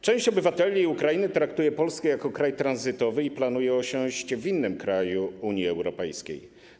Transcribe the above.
Część obywateli Ukrainy traktuje Polskę jako kraj tranzytowy i planuje osiąść w innym kraju Unii Europejskiej.